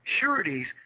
sureties